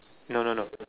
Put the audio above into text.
no no no